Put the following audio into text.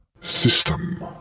System